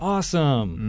Awesome